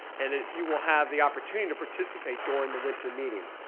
and if you will have the opportunity to participate during the winter meeting.